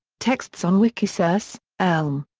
texts on wikisource elm.